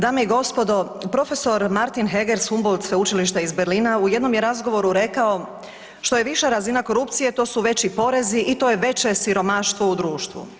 Dame i gospodo, prof. Martin Heger-Humboldt sa Sveučilišta u Berlina u jednom je razgovoru rekao što je viša razina korupcije to su veći porezi i to je veće siromaštvo u društvo.